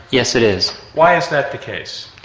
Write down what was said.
yes it is. why is that the case?